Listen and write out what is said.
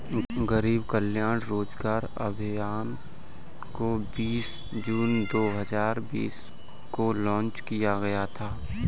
गरीब कल्याण रोजगार अभियान को बीस जून दो हजार बीस को लान्च किया गया था